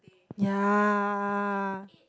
ya